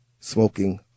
smoking